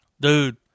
dude